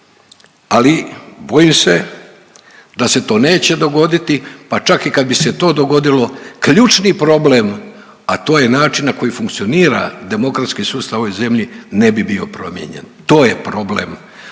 ali bojim se da se to neće dogoditi, pa čak i kad bi se to dogodilo ključni problem, a to je način na koji funkcionira demokratski sustav u ovoj zemlji ne bi bio promijenjen. To je problem,